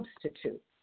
substitute